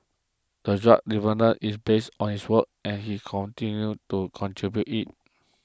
the drug development is based on his work and he continued to contribute it